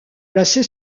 placée